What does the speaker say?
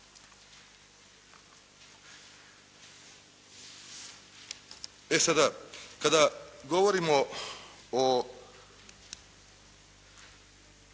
E sada, kada govorimo o